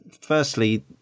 firstly